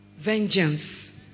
Vengeance